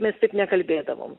mes taip nekalbėdavom